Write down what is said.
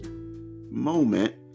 moment